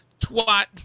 twat